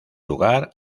lugar